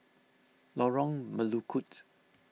Lorong Melukut